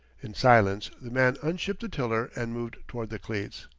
in silence the man unshipped the tiller and moved toward the cleats.